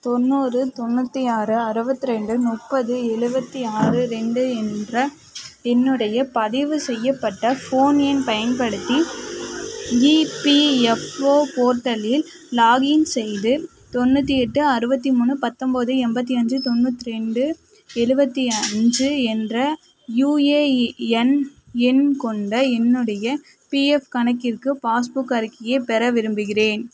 தொண்ணூறு தொண்ணூற்றி ஆறு அறுவத்தி ரெண்டு முப்பது எழுவத்தி ஆறு ரெண்டு என்ற என்னுடைய பதிவு செய்யப்பட்ட ஃபோன் எண் பயன்படுத்தி இபிஎஃப்ஓ போர்ட்டலில் லாக்இன் செய்து தொண்ணூற்றி எட்டு அறுபத்தி மூணு பத்தொன்போது எண்பத்தி அஞ்சு தொண்ணூற்றி ரெண்டு எழுவத்தி அஞ்சு என்ற யுஏஎன் எண் கொண்ட என்னுடைய பிஎஃப் கணக்கிற்கு பாஸ்புக் அறிக்கையை பெற விரும்புகிறேன்